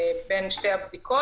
כל זה שייך למשרד הבריאות.